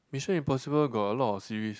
Mission Impossible got a lot of series